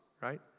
right